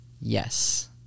yes